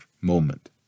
moment